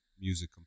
music